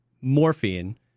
morphine